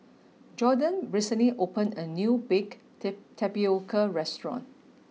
Jordon recently opened a new baked tapioca restaurant